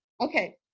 Okay